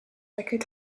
record